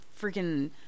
freaking